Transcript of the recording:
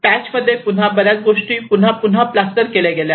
पॅचमध्ये पुन्हा बर्याच गोष्टी पुन्हा प्लॅस्टर केल्या गेल्या आहेत